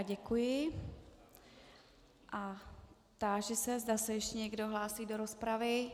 Děkuji a táži se, zda se ještě někdo hlásí do rozpravy.